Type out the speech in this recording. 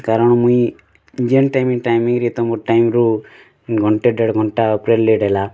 କାରଣ ମୁଇଁ ଯେନ୍ ଟାଇମ୍ ଟାଇମ୍ରେ ତମ ଟାଇମ୍ରୁ ଘଣ୍ଟେ ଦେଢ଼ ଘଣ୍ଟା ଉପରେ ଲେଟ୍ ହେଲା